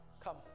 Come